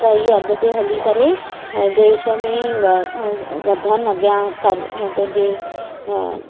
त इहे अॻिते हली करे देश में अ वधनि अॻियां पंहिंजे